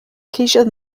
ceisiodd